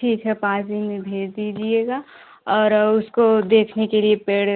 ठीक है पाँच दिन में भेज दीजिएगा अर उसको देखने के लिए पेड़